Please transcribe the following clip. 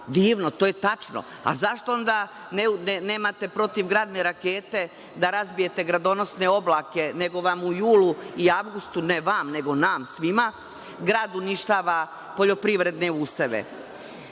Divno, to je tačno, ali zašto onda nemate protivgradne rakete da razbijete gradonosne oblake nego vam u julu i avgustu, ne vama nego nama svima, grad uništava poljoprivredne